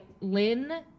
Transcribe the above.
Lynn